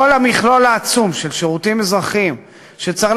כל המכלול העצום של שירותים אזרחיים שצריך